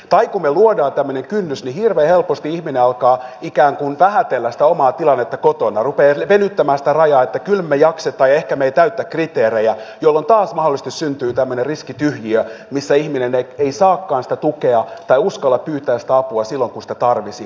tai kun me luomme tällaisen kynnyksen niin hirveän helposti ihminen alkaa ikään kuin vähätellä sitä omaa tilannetta kotona rupeaa venyttämään sitä rajaa että kyllä me jaksamme ja ehkä me emme täytä kriteerejä jolloin taas mahdollisesti syntyy tämmöinen riskityhjiö missä ihminen ei saakaan sitä tukea tai uskalla pyytää sitä apua silloin kuin sitä tarvitsisi